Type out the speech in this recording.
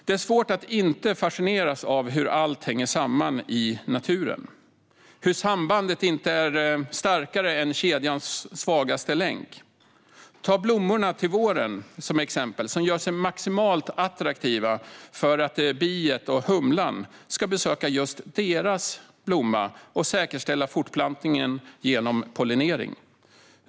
Det är svårt att inte fascineras av hur allt hänger samman i naturen, hur sambandet inte är starkare än kedjans svagaste länk. Låt oss ta vårens blommor som exempel. De gör sig maximalt attraktiva för att biet och humlan ska besöka just dem och säkerställa fortplantningen genom pollinering.